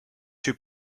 too